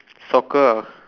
soccer ah